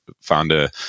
founder